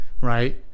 right